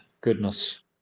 goodness